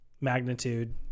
magnitude